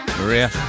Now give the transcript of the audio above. Maria